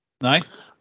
Nice